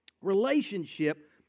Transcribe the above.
relationship